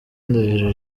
ndahiro